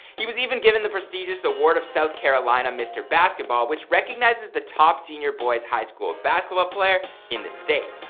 he was even given the prestigious award of south carolina mr. basketball, which recognizes the top senior boys high school basketball player in the state.